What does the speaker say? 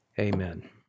Amen